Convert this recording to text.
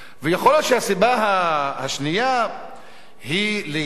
ויכול להיות שהסיבה השנייה היא לייצר